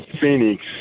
Phoenix